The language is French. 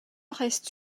reste